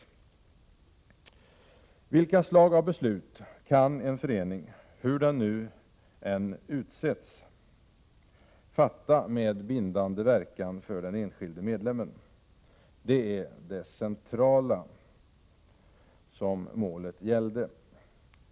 Vilka slags beslut kan en förening — hur de beslutande organen än har utsetts — fatta med bindande verkan för den enskilde medlemmen? Det var denna centrala fråga som målet gällde.